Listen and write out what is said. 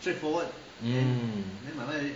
mm